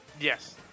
Yes